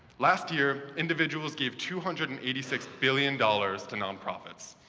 last year, individuals gave two hundred and eighty six billion dollars to nonprofits.